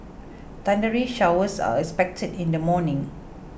thundery showers are expected in the morning